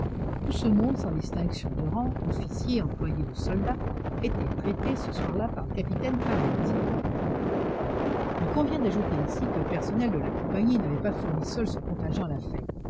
tout ce monde sans distinction de rang officiers employés ou soldats était traité ce soir-là par le capitaine craventy il convient d'ajouter ici que le personnel de la compagnie n'avait pas fourni seul son contingent à la fête